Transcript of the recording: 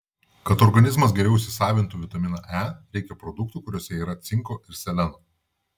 kad organizmas geriau įsisavintų vitaminą e reikia produktų kuriuose yra cinko ir seleno